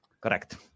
correct